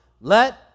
Let